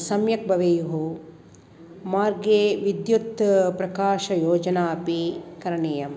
सम्यक् भवेयुः मार्गे विद्युत् प्रकाशयोजनापि करणीया